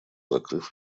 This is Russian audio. закрыв